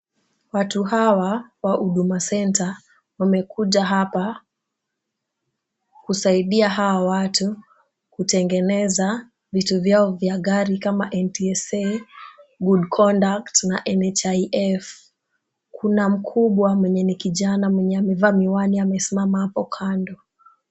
Watu hawa wa Huduma Center, wamekuja hapa kusaidia hawa watu, kutengeneza, vitu vyao vya gari kama NTSA Good Conduct na NHIF. Kuna mkubwa mwenye ni kijana mwenye amevaa miwani amesimama hapo kando.